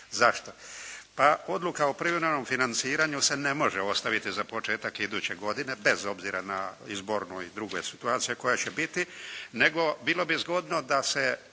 Zašto? Pa odluka o privremenom financiranju se ne može ostaviti za početak iduće godine bez obzira na izbore I druge situacije koje će biti nego bi bilo zgodno da se